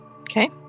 Okay